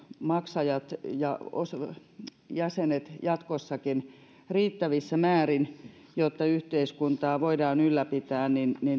maksajat ja jäsenet pysyisivät jatkossakin riittävissä määrissä jotta yhteiskuntaa voidaan ylläpitää